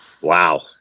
Wow